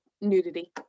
nudity